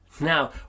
now